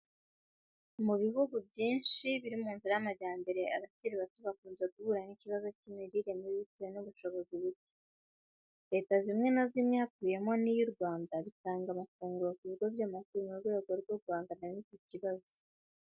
Mu bihugu byinshi biri mu nzira y'amajyambere, abakiri bato bakunze guhura n'ikibazo cy'imirire mibi bitewe n'ubushobozi buke. Leta zimwe na zimwe hakubiyemo n'iy' U Rwanda bitanga amafunguro ku bigo by'amashuri mu rwego rwo guhangana n'iki kibazo.